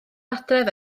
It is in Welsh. adref